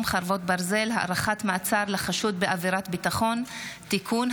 (חרבות ברזל) (הארכת מעצר לחשוד בעבירת ביטחון) (תיקון),